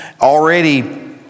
Already